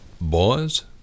boys